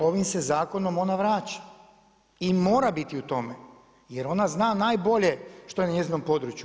Ovim se zakonom ona vraća i mora biti u tome jer ona zna najbolje što je na njezinom području.